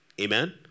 amen